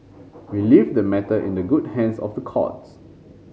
we leave the matter in the good hands of the courts